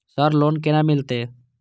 Sir loan केना मिलते?